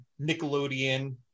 Nickelodeon